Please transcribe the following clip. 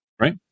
Right